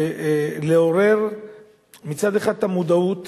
היא לעורר מצד אחד את המודעות